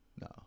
no